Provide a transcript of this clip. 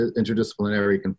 interdisciplinary